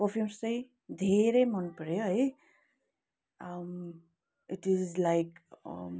perfumes चाहिँ धेरै मन पऱ्यो है इट इज लाइक